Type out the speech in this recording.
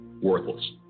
worthless